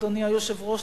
אדוני היושב-ראש,